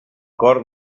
cor